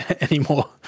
anymore